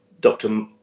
Dr